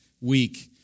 week